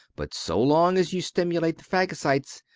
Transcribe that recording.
but so long as you stimulate the phagocytes,